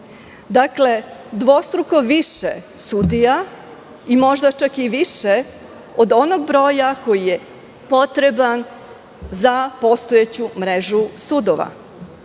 Dakle, dvostruko više sudija i možda čak i više od onog broja koji je potreban za postojeću mrežu sudova. Mi